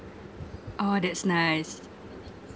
oh that's nice